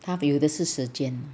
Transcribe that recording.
他有的是时间